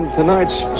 tonight's